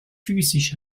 psychisch